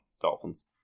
Dolphins